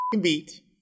beat